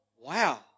wow